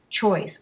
choice